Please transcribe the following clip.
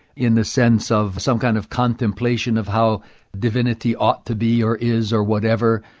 in the sense of some kind of contemplation of how divinity ought to be or is or whatever.